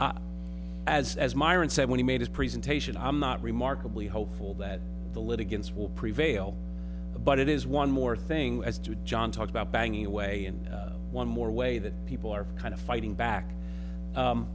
o as as myron said when he made his presentation i'm not remarkably hopeful that the litigants will prevail but it is one more thing as to john talk about banging away and one more way that people are kind of fighting back